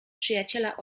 przyjaciela